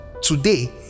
Today